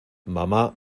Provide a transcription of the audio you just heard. mama